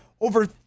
over